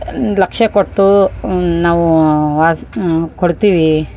ಲಕ್ಷ್ಯ ಕೊಟ್ಟು ನಾವು ವಾಸ್ ಕೊಡ್ತೀವಿ